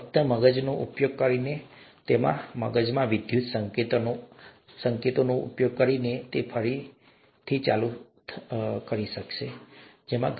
ફક્ત મગજનો ઉપયોગ કરીને ફક્ત મગજમાં વિદ્યુત સંકેતોનો ઉપયોગ કરીને તેઓ ફરીથી ચાલી શકશે કે કેમ